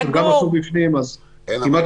בית כנסת גם אסור בפנים, אז המקום